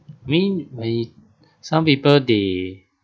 when we some people they